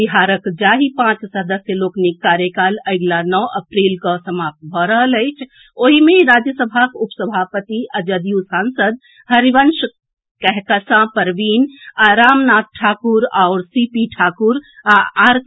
बिहारक जाहि पांच सदस्य लोकनिक कार्यकाल अगिला नओ अप्रिल कऽ समाप्त भऽ रहल अछि ओहि मे राज्यसभाक उपसभापति आ जदयू सांसद हरिवंश कहकशां परवीन आ रामनाथ ठाकुर आओर सी पी ठाकुर आ आर के सिन्हा सम्मिलित छथि